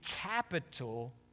capital